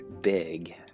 big